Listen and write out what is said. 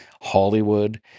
hollywood